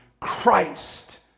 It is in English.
Christ